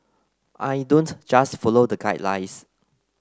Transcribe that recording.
I don't just follow the guidelines